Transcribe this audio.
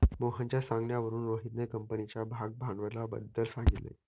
मोहनच्या सांगण्यावरून रोहितने कंपनीच्या भागभांडवलाबद्दल सांगितले